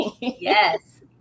Yes